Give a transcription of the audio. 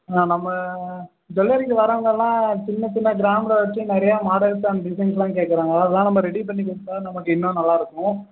ஆ நம்ம ஜுவல்லரிக்கு வர்றவங்கெல்லாம் சின்னச் சின்ன கிராமில் வெச்சு நிறையா மாடல்ஸ் அண்ட் டிசைன்ஸ்லாம் கேட்கறாங்க அதெல்லாம் நம்ம ரெடி பண்ணிக் கொடுத்தா நமக்கு இன்னும் நல்லாயிருக்கும்